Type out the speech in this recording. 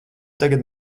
tagad